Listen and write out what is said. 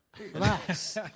Relax